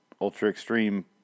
ultra-extreme